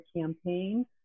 campaign